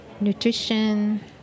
nutrition